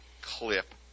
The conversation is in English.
clip